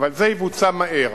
אבל זה יבוצע מהר.